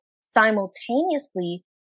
simultaneously